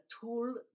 tool